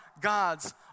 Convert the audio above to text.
God's